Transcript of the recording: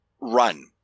run